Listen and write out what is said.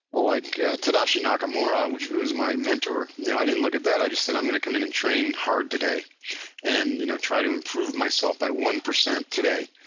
like tadashi nakamura who was my mentor. you know i didn't look at that. i just said i'm going to come in and train hard today and you know try to improve myself by one percent today.